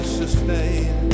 sustain